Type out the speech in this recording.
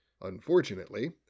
Unfortunately